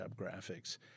graphics